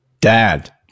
dad